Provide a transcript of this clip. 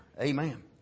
Amen